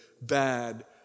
bad